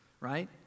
right